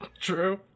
True